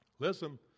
Listen